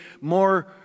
more